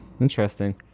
interesting